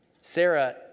Sarah